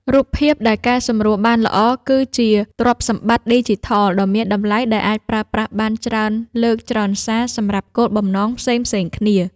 រូបភាពដែលកែសម្រួលបានល្អគឺជាទ្រព្យសម្បត្តិឌីជីថលដ៏មានតម្លៃដែលអាចប្រើប្រាស់បានច្រើនលើកច្រើនសារសម្រាប់គោលបំណងផ្សេងៗគ្នា។